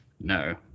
no